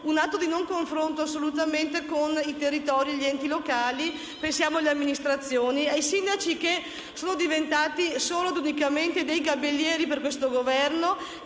un atto di mancato confronto con i territori e gli enti locali. Pensiamo alle amministrazioni e ai sindaci che sono diventati solo ed unicamente gabellieri per questo Governo